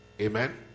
amen